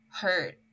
hurt